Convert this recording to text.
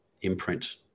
imprint